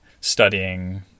studying